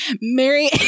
Mary